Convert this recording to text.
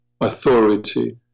authority